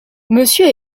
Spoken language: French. monsieur